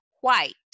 White